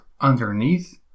underneath